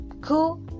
Cool